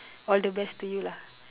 all the best to you lah